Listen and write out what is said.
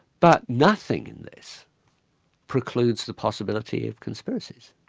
but nothing in this precludes the possibility of conspiracy.